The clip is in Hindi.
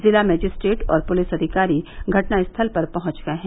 जिला मजिस्ट्रेट और पुलिस अधिकारी घटना स्थल पर पहुंच गए हैं